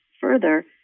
further